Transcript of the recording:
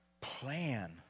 Plan